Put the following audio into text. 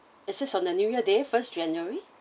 is this on the new year day first january